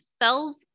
fells